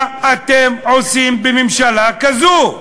מה אתם עושים בממשלה כזו?